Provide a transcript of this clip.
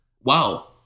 wow